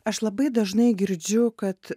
aš labai dažnai girdžiu kad